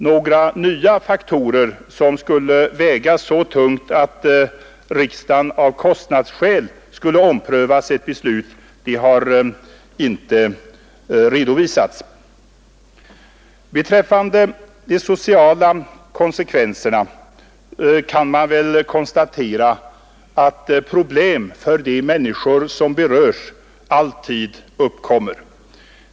Några nya faktorer som skulle väga så tungt att riksdagen av kostnadsskäl skulle behöva ompröva sitt beslut har inte redovisats. Beträffande de sociala konsekvenserna kan man konstatera att problem för de människor som berörs alltid uppkommer.